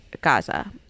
Gaza